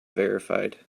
verified